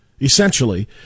essentially